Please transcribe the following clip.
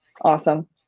awesome